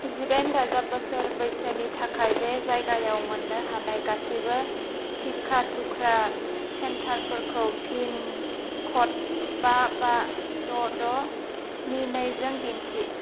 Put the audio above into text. जिदाइन दाजाब बोसोर बैसोनि थाखाय बे जायगायाव मोन्नो हानाय गासैबो टिका थुग्रा सेन्टारफोरखौ पिन क'ड बा बा द' द' स्नि नै जों दिन्थि